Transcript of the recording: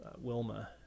Wilma